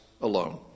alone